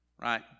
right